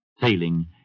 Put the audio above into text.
Failing